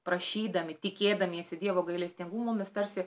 prašydami tikėdamiesi dievo gailestingumo mes tarsi